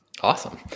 Awesome